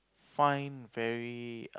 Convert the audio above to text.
find very